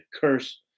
curse